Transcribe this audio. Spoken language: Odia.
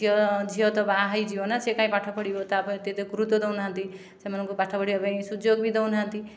ଝିଅ ଝିଅ ତ ବାହା ହୋଇଯିବ ନା ସେ କାହିଁ ପାଠ ପଢ଼ିବ ତା'ପାଇଁ ଏତେ ଗୁରୁତ୍ଵ ଦେଉ ନାହାନ୍ତି ସେମାନଙ୍କୁ ପାଠ ପଢ଼ିବା ପାଇଁ ସୁଯୋଗ ବି ଦେଉ ନାହାନ୍ତି